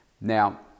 Now